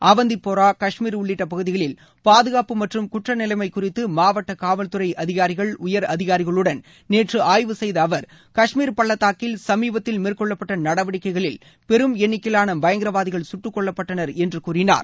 அவந்திப்போரா காஷ்மீர் உள்ளிட்ட பகுதிகளில் பாதுகாப்பு மற்றும் குற்ற நிலைமை குறித்து மாவட்ட காவல்துறை அதிகாரிகள் உயர் அதிகாரிகளுடன் நேற்று ஆய்வு செய்த அவர் காஷ்மீர் பள்ளத்தாக்கில் சமீபத்தில் மேற்கொள்ளப்பட்ட நடவடிக்கைகளில் பெரும் எண்ணிக்கையிலான பயங்கரவாதிகள் சுட்டுக்கொல்லப்பட்டனர் என்று கூறினார்